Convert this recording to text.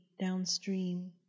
downstream